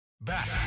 back